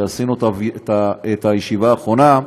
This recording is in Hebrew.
כשעשינו את הישיבה האחרונה,